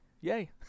Yay